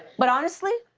but honestly,